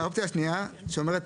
האופציה השנייה שאומרת